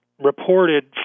reported